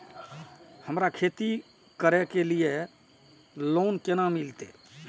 हमरा खेती करे के लिए लोन केना मिलते?